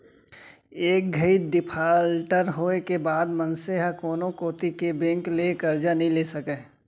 एक घइत डिफाल्टर होए के बाद मनसे ह कोनो कोती के बेंक ले करजा नइ ले सकय